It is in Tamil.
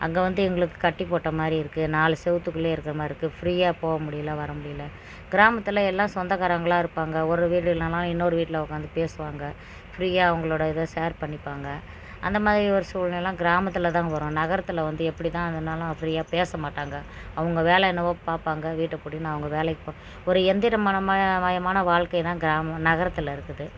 அங்கே வந்து எங்களுக்கு கட்டி போட்ட மாதிரி இருக்குது நாலு சுவுத்துக்குள்ளயே இருக்கிற மாதிரி இருக்குது ஃப்ரீயாக போக முடியல வர முடியல கிராமத்தில் எல்லாம் சொந்தக்காரவங்களா இருப்பாங்கள் ஒரு வீடு இல்லைனாலும் இன்னொரு வீட்டில் உட்காந்து பேசுவாங்க ஃப்ரீயாக அவங்களோட இதை ஷேர் பண்ணிப்பாங்க அந்த மாதிரி ஒரு சூழ்நிலை லாம் கிராமத்தில் தான் வரும் நகரத்தில் வந்து எப்படி தான் இதுனாலும் ஃப்ரீயாக பேசமாட்டாங்க அவங்க வேலை என்னவோ பார்ப்பாங்க வீட்டை பூட்டின்னு அவங்க வேலைக்கு போ ஒரு எழுந்திரமனமா மயமான வாழ்க்கை தான் கிராமம் நகரத்தில் இருக்குது